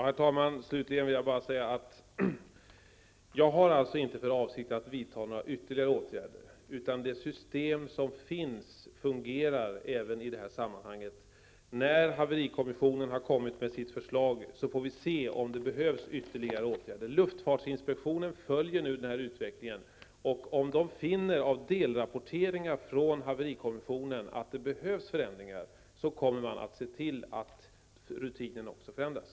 Herr talman! Avslutningsvis vill jag säga att jag inte har för avsikt att vidta några ytterligare åtgärder. Det system som finns fungerar även i det här sammanhanget. När haverikommissionen har kommit med sitt förslag får vi se om det behövs ytterligare åtgärder. Luftfartsinspektionen följer utvecklingen. Om den av delrapporteringar från haverikommissionen finner att det behövs förändringar så kommer man att se till att rutinerna förändras.